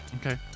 Okay